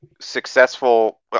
successful